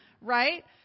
Right